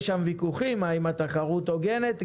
יש שם ויכוחים האם התחרות הוגנת.